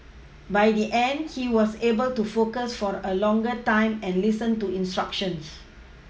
by the end he was able to focus for a longer time and listen to instructions